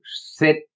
sit